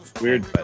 weird